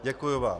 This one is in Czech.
Děkuju vám.